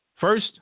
First